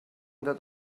that